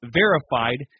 verified